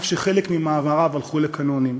אף שחלק ממאמריו הפכו לקנוניים.